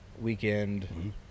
weekend